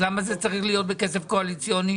למה זה צריך להיות בכסף קואליציוני?